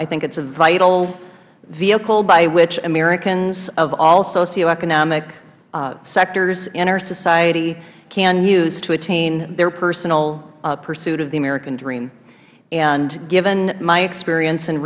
i think it is a vital vehicle by which americans of all socioeconomic sectors in our society can use to attain their personal pursuit of the american dream and given my experience